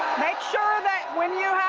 make sure that when you